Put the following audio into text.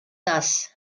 das